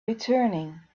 returning